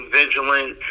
vigilant